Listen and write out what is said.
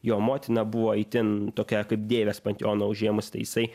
jo motina buvo itin tokia kaip deivės panteoną užėmus tai jisai